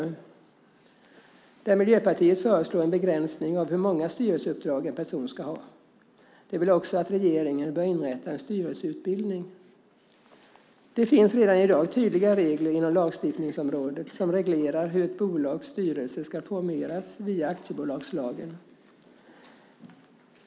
Där föreslår Miljöpartiet en begränsning av hur många styrelseuppdrag en person ska kunna ha. Miljöpartiet anger också att regeringen bör inrätta en styrelseutbildning. Det finns redan i dag tydliga regler inom lagstiftningsområdet som reglerar hur ett bolags styrelse ska formeras via aktiebolagslagen.